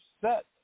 set